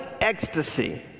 ecstasy